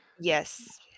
Yes